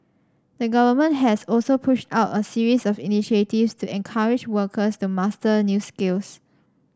the government has also pushed out a series of initiatives to encourage workers to master new skills